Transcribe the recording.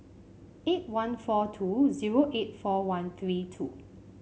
eight one four two zero eight four one three two